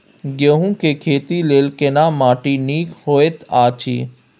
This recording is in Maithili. गेहूँ के खेती लेल केना माटी नीक होयत अछि?